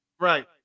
Right